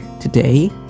Today